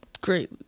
great